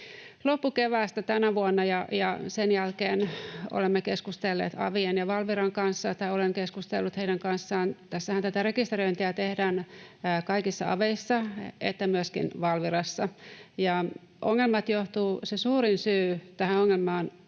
loppukeväästä tänä vuonna, ja sen jälkeen olemme keskustelleet avien ja Valviran kanssa, olen keskustellut heidän kanssaan. Näitä rekisteröintejä tehdään sekä kaikissa aveissa että myöskin Valvirassa, ja se suurin syy tähän ongelmaan